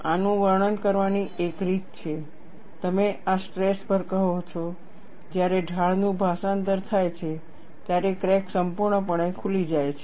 આનું વર્ણન કરવાની એક રીત છે તમે આ સ્ટ્રેસ પર કહો છો જ્યારે ઢાળનું ભાષાંતર થાય છે ત્યારે ક્રેક સંપૂર્ણપણે ખુલી જાય છે